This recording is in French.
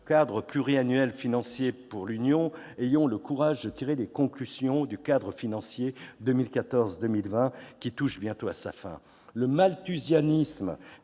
cadre pluriannuel financier de l'Union, ayons le courage de tirer les conclusions du cadre financier 2014-2020, qui touche bientôt à sa fin. Le malthusianisme